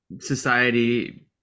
society